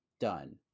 done